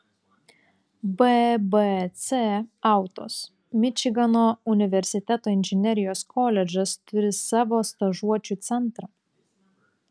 bbc autos mičigano universiteto inžinerijos koledžas turi savo stažuočių centrą